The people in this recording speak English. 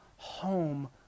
Home